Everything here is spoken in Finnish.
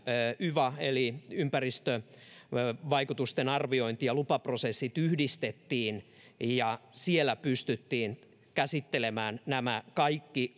yva eli ympäristövaikutusten arviointi ja lupaprosessit yhdistettiin ja siellä pystyttiin käsittelemään nämä kaikki